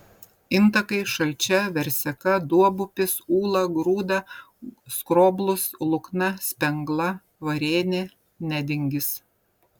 intakai šalčia verseka duobupis ūla grūda skroblus lukna spengla varėnė nedingis